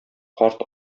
карт